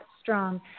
strong